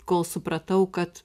kol supratau kad